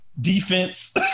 defense